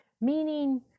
Meaning